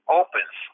opens